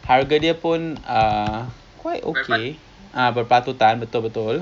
harga dia pun err ah berpatutan betul betul